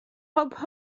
hop